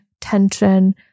tension